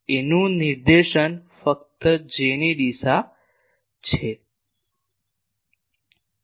A નું નિર્દેશન ફક્ત J ની દિશા છે